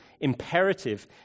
imperative